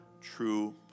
true